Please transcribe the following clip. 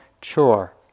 chore